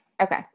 Okay